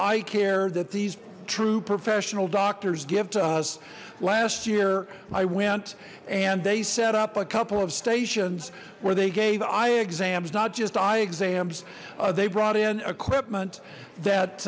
eye care that these true professional doctors give to us last year i went and they set up a couple of stations where they gave i exam not just eye exams they brought in equipment that